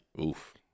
Oof